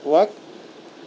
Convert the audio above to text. وق